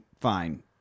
fine